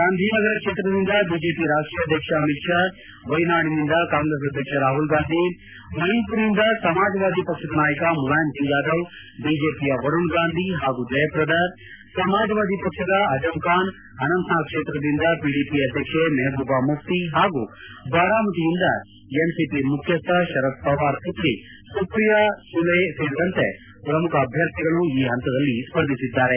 ಗಾಂಧಿನಗರ ಕ್ಷೇತ್ರದಿಂದ ಬಿಜೆಪಿ ರಾಷ್ಟೀಯ ಅಧ್ಯಕ್ಷ ಅಮಿತ್ ಷಾ ವಯನಾಡ್ನಿಂದ ಕಾಂಗ್ರೆಸ್ ಅಧ್ಯಕ್ಷ ರಾಹುಲ್ ಗಾಂಧಿ ಮೈನ್ ಪುರಿಯಿಂದ ಸಮಾಜವಾದಿ ಪಕ್ಷದ ನಾಯಕ ಮುಲಾಯಮ್ ಸಿಂಗ್ ಯಾದವ್ ಬಿಜೆಪಿಯ ವರುಣ್ ಗಾಂಧಿ ಹಾಗೂ ಜಯಪ್ರದಾ ಸಮಾಜವಾದಿ ಪಕ್ಷದ ಅಜಂ ಖಾನ್ ಅನಂತನಾಗ್ ಕ್ಷೇತ್ರದಿಂದ ಪಿಡಿಪಿ ಅಧ್ಯಕ್ಷೆ ಮೆಹಬೂಬಾ ಮುಫ್ಟಿ ಹಾಗೂ ಬಾರಾಮತಿಯಿಂದ ಎನ್ಸಿಪಿ ಮುಖ್ಟಿಸ್ಟ ಶರದ್ ಪವಾರ್ ಪುತ್ರಿ ಸುಪ್ರಿಯಾ ಸುಲೆ ಸೇರಿದಂತೆ ಪ್ರಮುಖ ಅಭ್ಯರ್ಥಿಗಳು ಈ ಹಂತದಲ್ಲಿ ಸ್ಪರ್ಧಿಸಿದ್ದಾರೆ